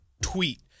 tweet